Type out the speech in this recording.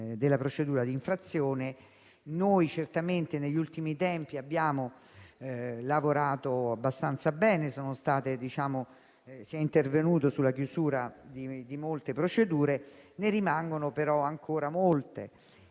di infrazione. Negli ultimi tempi abbiamo lavorato abbastanza bene e si è intervenuti sulla chiusura di molte procedure; ne rimangono però ancora molte